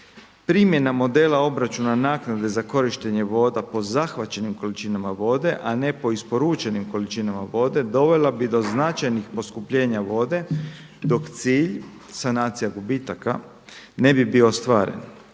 primjena modela obračuna naknade za korištenje voda po zahvaćenim količinama vode, a ne po isporučenim količinama vode, dovela bi do značajnih poskupljenja vode, dok cilj sanacija gubitaka ne bi bio ostvaren.